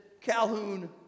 Calhoun